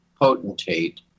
potentate